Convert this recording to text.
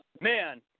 Man